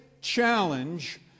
challenge